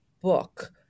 book